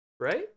Right